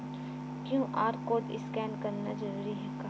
QR code scan करना जरूरी हे का?